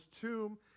tomb